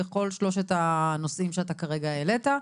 בכל שלושת הנושאים שאתה כרגע העלית.